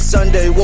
Sunday